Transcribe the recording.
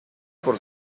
por